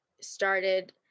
started